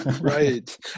Right